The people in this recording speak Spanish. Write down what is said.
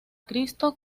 cristo